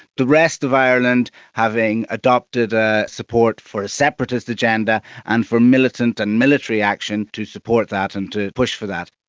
the rest of ireland having adopted ah support for a separatist agenda and for militant and military action to support that and to push for that.